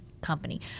company